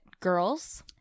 Girls